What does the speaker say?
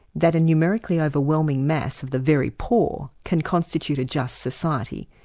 that a numerically overwhelming mass of the very poor can constitute a just society,